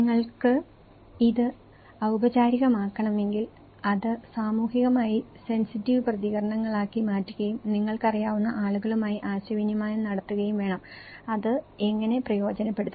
നിങ്ങൾക്ക് ഇത് ഔപചാരികമാക്കണമെങ്കിൽ അത് സാമൂഹികമായി സെൻസിറ്റീവ് പ്രതികരണങ്ങളാക്കി മാറ്റുകയും നിങ്ങൾക്കറിയാവുന്ന ആളുകളുമായി ആശയവിനിമയം നടത്തുകയും വേണം അത് എങ്ങനെ പ്രയോജനപ്പെടുത്താം